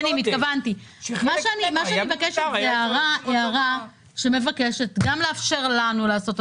מה שאני מבקשת זה הערה שמבקשת גם לאפשר לנו לעשות את